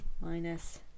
Minus